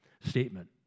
statement